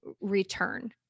return